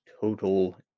total